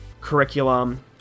curriculum